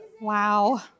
Wow